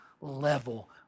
level